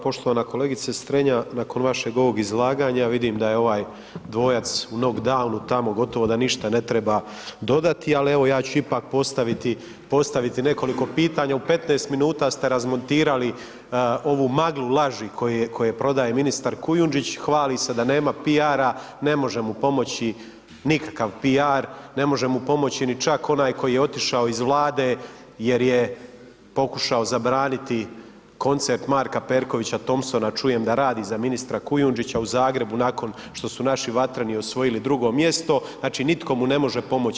Poštovana kolegice Strenja, nakon vašeg ovog izlaganja vidim da je ovaj dvoja u knockdownu tamo, gotovo da ništa ne treba dodati, ali evo ja ću ipak postaviti nekoliko pitanja u 15 minuta ste razmontirali ovu maglu laži koje prodaje ministar Kujundžić, hvali se da nema PR-a, ne može mu pomoći nikakav PR, ne može mu pomoći ni čak onaj koji je otišao iz Vlade jer je pokušao zabraniti koncert Marka Perkovića Thompsona čujem da radi za ministra Kujundžića u Zagrebu nakon što su naši vatreni osvojili drugo mjesto, znači nitko mu ne može pomoći.